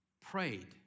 prayed